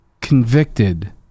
convicted